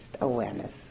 awareness